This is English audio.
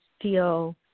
feel